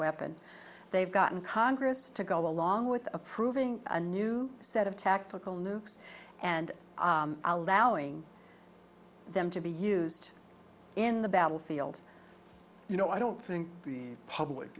weapon they've gotten congress to go along with approving a new set of tactical nukes and allowing them to be used in the battlefield you know i don't think the public